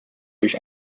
durch